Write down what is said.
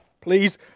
Please